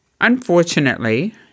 Unfortunately